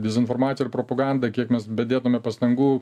dezinformacija ir propaganda kiek mes bedėtume pastangų